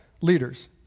leaders